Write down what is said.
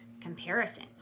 comparison